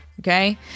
Okay